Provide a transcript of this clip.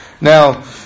Now